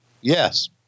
Yes